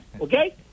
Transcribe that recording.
okay